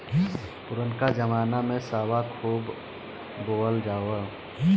पुरनका जमाना में सावा खूब बोअल जाओ